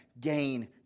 gain